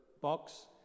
box